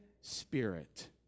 spirit